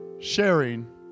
Sharing